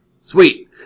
Sweet